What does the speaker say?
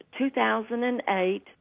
2008